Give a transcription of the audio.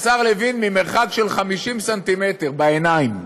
השר לוין, ממרחק של 50 ס"מ בעיניים,